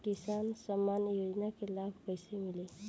किसान सम्मान योजना के लाभ कैसे मिली?